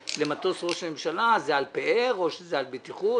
למטוס ראש הממשלה זה על פאר או שזה על בטיחות.